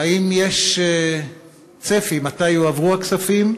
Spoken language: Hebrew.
2. האם יש צפי מתי יועברו הכספים?